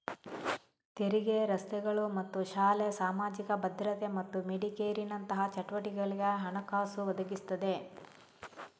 ತೆರಿಗೆ ರಸ್ತೆಗಳು ಮತ್ತು ಶಾಲೆ, ಸಾಮಾಜಿಕ ಭದ್ರತೆ ಮತ್ತು ಮೆಡಿಕೇರಿನಂತಹ ಚಟುವಟಿಕೆಗಳಿಗೆ ಹಣಕಾಸು ಒದಗಿಸ್ತದೆ